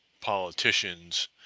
politicians